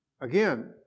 Again